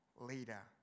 leader